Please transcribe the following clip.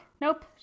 Nope